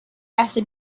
لحظه